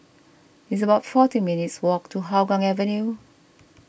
it's about forty minutes' walk to Hougang Avenue